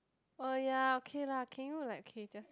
oh ya okay lah can you like K just